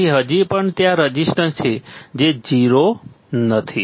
તેથી હજી પણ ત્યાં રેઝિસ્ટન્સ છે તે 0 નથી